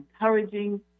encouraging